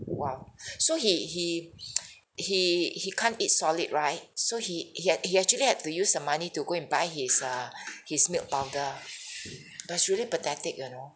!wow! so he he he he can't eat solid right so he he he actually had to use the money to go and buy his err his milk powder ah that's really pathetic you know